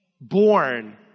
Born